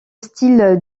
style